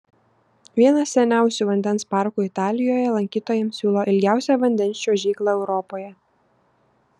vienas seniausių vandens parkų italijoje lankytojams siūlo ilgiausią vandens čiuožyklą europoje